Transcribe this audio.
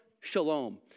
Shalom